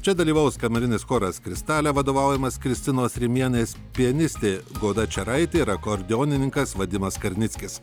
čia dalyvaus kamerinis choras kristalė vadovaujamas kristinos rimienės pianistė goda čiaraitė ir akordeonininkas vadimas karnickis